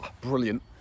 brilliant